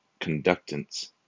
conductance